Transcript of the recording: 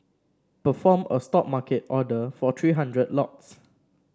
perform a stop market order for three hundred lots